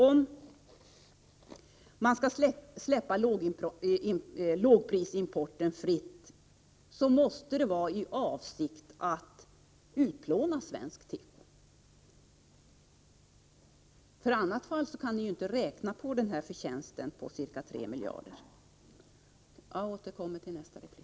Om man släpper lågprisimporten fri, måste det vara i avsikt att utplåna svensk tekoindustri. I annat fall kan man inte räkna med denna förtjänst på ca 3 miljarder kronor. Jag återkommer i nästa replik.